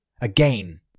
Again